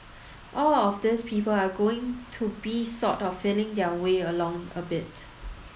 all of these people are going to be sort of feeling their way along a bit